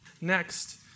Next